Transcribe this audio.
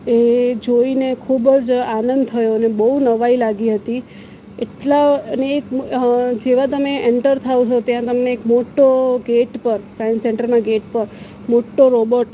એ જોઈને ખૂબ જ આનંદ થયો ને બહુ નવાઈ લાગી હતી એટલા અને એક જેવા તમે એન્ટર થાઓ છો ત્યાં તમને એક મોટો ગેટ ઉપર સાયન્સ સેન્ટરના ગેટ ઉપર મોટો રોબોટ